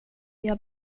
jag